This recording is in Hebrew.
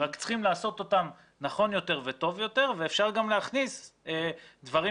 רק צריכים לעשות אותם נכון יותר וטוב יותר ואפשר גם להכניס דברים